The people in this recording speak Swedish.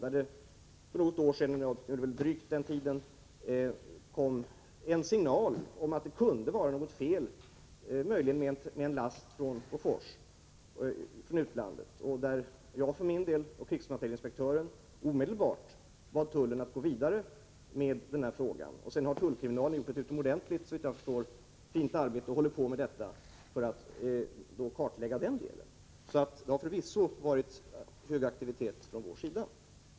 För drygt ett år sedan kom en signal från utlandet om att det kunde vara något fel med en Boforslast. Då bad jag för min del och krigsmaterielinspektören omedelbart tullen att gå vidare med den frågan. Sedan har tullkriminalen, såvitt jag förstår, gjort ett utomordentligt fint arbete och håller på med att kartlägga dessa misstankar. Det har förvisso varit hög aktivitet från vår sida.